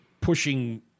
pushing